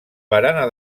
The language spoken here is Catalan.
barana